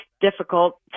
difficult